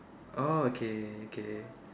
orh K K